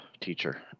teacher